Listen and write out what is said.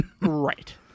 Right